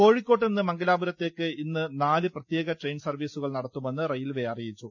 കോഴിക്കോട്ടുനിന്ന് മംഗലാപുരത്തേക്ക് ഇന്ന് നാല് പ്രത്യേക ട്രെയിൻ സർവ്വീസുകൾ നടത്തുമെന്ന് റെയിൽവേ അറിയിച്ചു